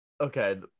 okay